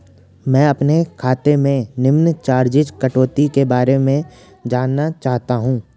मैं अपने खाते से निम्न चार्जिज़ कटौती के बारे में जानना चाहता हूँ?